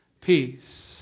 Peace